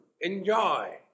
Enjoy